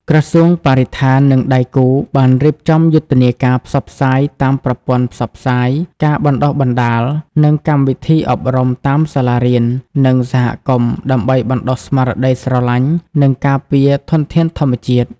ក្រសួងបរិស្ថាន និងដៃគូ បានរៀបចំយុទ្ធនាការផ្សព្វផ្សាយតាមប្រព័ន្ធផ្សព្វផ្សាយ ការបណ្តុះបណ្តាល និងកម្មវិធីអប់រំតាមសាលារៀន និងសហគមន៍ ដើម្បីបណ្តុះស្មារតីស្រឡាញ់ និងការពារធនធានធម្មជាតិ។